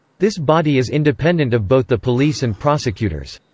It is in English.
this body is independent of both the police and prosecutors.